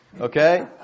okay